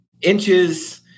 inches